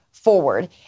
forward